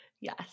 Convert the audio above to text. Yes